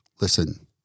listen